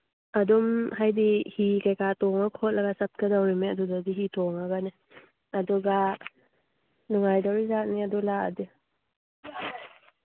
ꯑꯗꯨꯝ ꯍꯥꯏꯗꯤ ꯍꯤ ꯍꯤ ꯀꯩꯀꯥ ꯇꯣꯡꯉ ꯈꯣꯠꯂꯒ ꯆꯠꯀꯗꯧꯔꯤꯝꯅꯦ ꯑꯗꯨꯗꯗꯤ ꯍꯤ ꯇꯣꯡꯉꯒꯅꯦ ꯑꯗꯨꯒ ꯅꯨꯡꯉꯥꯏꯗꯧꯔꯤꯖꯥꯠꯅꯤ ꯑꯗꯨ ꯂꯥꯛꯑꯗꯤ